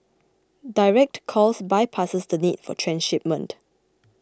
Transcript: direct calls bypasses the need for transshipment